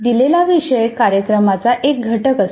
दिलेला विषय कार्यक्रमाचा एक घटक असतो